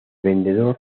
vendedor